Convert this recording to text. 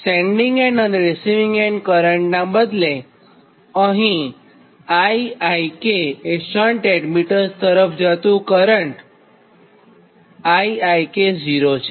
sending end અને receiving end કરંટનાં બદલે અહીં Iik અને શન્ટ એડમીટન્સ તરફ જતું કરંટ Iik0 છે